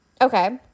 Okay